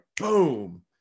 boom